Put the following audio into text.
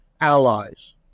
allies